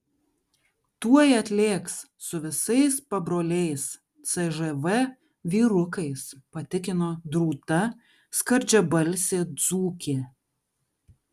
tuoj atlėks su visais pabroliais cžv vyrukais patikino drūta skardžiabalsė dzūkė